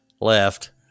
left